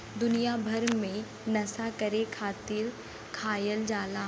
दुनिया भर मे नसा करे खातिर खायल जाला